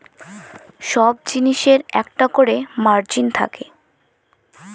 সব জিনিসের একটা করে মার্জিন থাকে